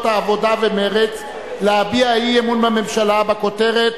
ומרצ להביע אי-אמון בממשלה בכותרת: